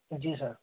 जी sir